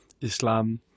Islam